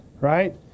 right